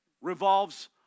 revolves